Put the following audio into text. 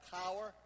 power